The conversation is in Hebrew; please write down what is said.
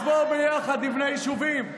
אז בואו ביחד נבנה יישובים.